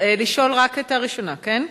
לשאול רק את הראשונה, כן?